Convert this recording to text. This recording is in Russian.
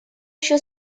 еще